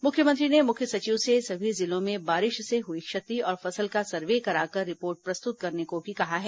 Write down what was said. मुख्यमंत्री ने मुख्य सचिव से सभी जिलों में बारिश से हुई क्षति और फसल का सर्वे कराकर रिपोर्ट प्रस्तुत करने को भी कहा है